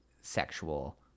sexual